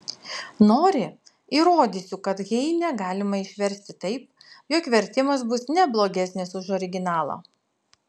nori įrodysiu kad heinę galima išversti taip jog vertimas bus ne blogesnis už originalą